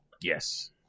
yes